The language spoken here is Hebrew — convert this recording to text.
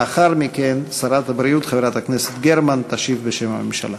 לאחר מכן שרת הבריאות חברת הכנסת גרמן תשיב בשם הממשלה.